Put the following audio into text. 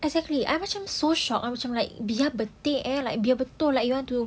exactly I macam so shock I macam like biar betik biar betul like you want to